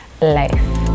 life